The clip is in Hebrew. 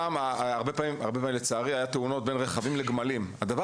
פעמים רבות היו שם תאונות בין רכבים לבין גמלים והדבר